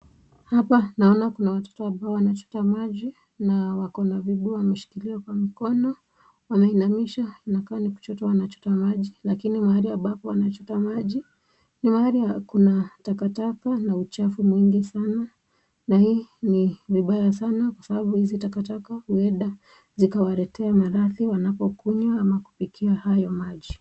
Hapa naona kuna watoto ambao wanachota maji na wako na vibuyu wameshikilia kwa mikono, wameinamisha na kana ni kuchota wanachota maji. Lakini mahali ambapo wanachota maji ni mahali kuna takataka na uchafu mwingi sana na hii ni vibaya sana kwa sababu hizi takataka huenda zikawaletea maradhi wanapokunywa ama kupikia hayo maji.